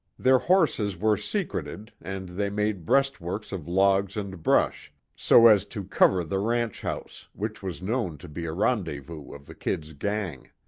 their horses were secreted, and they made breastworks of logs and brush, so as to cover the ranch house, which was known to be a rendezvous of the kid's gang.